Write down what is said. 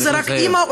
אם זה רק אימא,